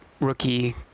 rookie